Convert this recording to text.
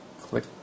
click